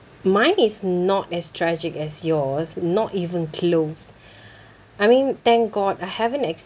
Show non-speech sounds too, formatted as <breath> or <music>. mine is not as tragic as yours not even close <breath> I mean thank god I haven't